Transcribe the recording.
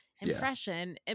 impression